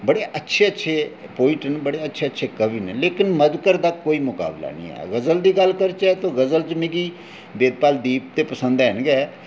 बड़े अच्छे अच्छे पोएट न बड़े अच्छे अच्छे कवि न लेकिन मधुकर दा कोई मुकाबला निं ऐ गज़ल दी गल्ल करचै ते मिगी वेदपाल दीप पसंद हैन गै